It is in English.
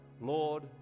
Lord